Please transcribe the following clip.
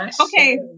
okay